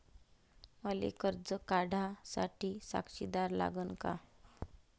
मले कर्ज काढा साठी साक्षीदार लागन का?